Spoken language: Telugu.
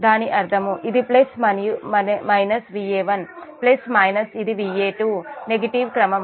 దాని అర్థము ఇది plus minus Va1 plus minus ఇది Va2 నెగటివ్ క్రమం